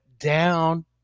down